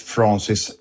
Francis